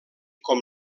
com